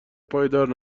پایدار